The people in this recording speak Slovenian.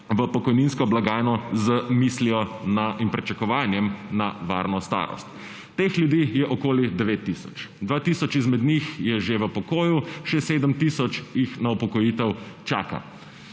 v pokojninsko blagajno z mislijo in pričakovanjem na varno starost. Teh ljudi je okoli devet tisoč. Dva tisoč izmed njih je že v pokoju, še sedem tisoč jih na upokojitev čaka.